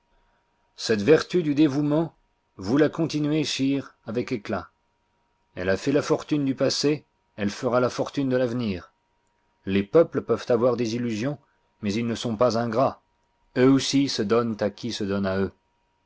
cette vertu du dévouement vous la contis nuez sire avec éclat elle a fait la fortune du passé elle fera la fortune de l'avenir les peuples peuvent avoir des illusions mais ils ne sont pas ingrats eux aussi se donnent à qui se donne à eux